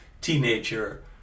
teenager